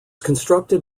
constructed